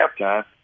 halftime